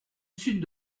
sud